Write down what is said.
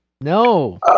No